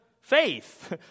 faith